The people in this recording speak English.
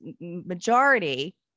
majority